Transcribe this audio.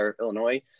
Illinois